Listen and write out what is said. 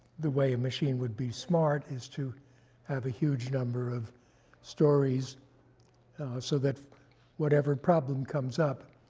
the way a machine would be smart is to have a huge number of stories so that whatever problem comes up,